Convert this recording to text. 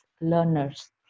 learners